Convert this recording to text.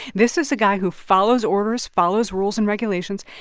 this is a guy who follows orders, follows rules and regulations.